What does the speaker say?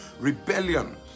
rebellion